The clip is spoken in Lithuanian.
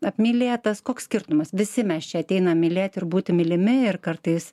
apmylėtas koks skirtumas visi mes čia ateinam mylėti ir būti mylimi ir kartais